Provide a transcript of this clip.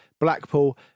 Blackpool